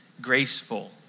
graceful